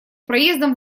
поездом